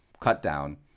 cutdown